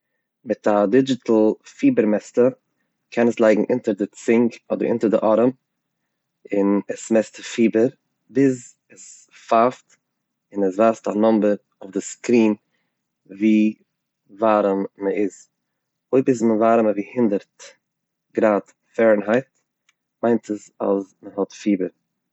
מיט א דיזשיטעל פיבער מעסטער מ'קען עס לייגן אונטער די צונג אדער אונטער די ארעם און עס מעסט פיבער ביז עס פייפט און עס ווייזט א נאמבער אויף די סקרין ווי ווארעם מען איז, אויב איז מען ווארעמער ווי הונדערט גראד פערענהייט מיינט עס אז מען האט פיבער.